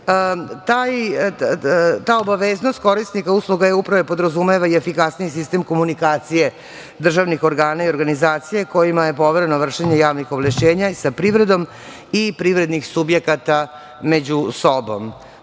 obaveznost korisnika usluga upravo podrazumeva i efikasniji sistem komunikacije državnih organa i organizacija kojima je povereno vršenje javnih ovlašćenja sa privredom i privrednih subjekata među sobom.